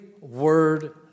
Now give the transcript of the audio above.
word